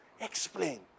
explain